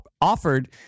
offered